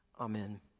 Amen